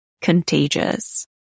contagious